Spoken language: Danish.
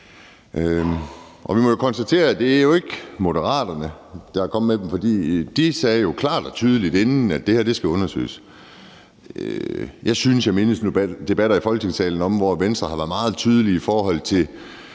Vi må konstatere, at det jo ikke er Moderaterne, der er kommet med den, for de sagde jo klart og tydeligt inden, at det her skal undersøges. Jeg synes, jeg mindes nogle debatter i Folketingssalen, hvor Venstre har været meget tydelig i forhold til